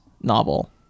novel